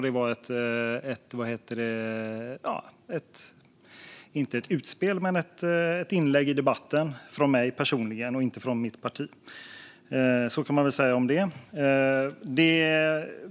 Det var inte ett utspel men ett inlägg i debatten från mig personligen, inte från mitt parti. Så kan man väl säga om det.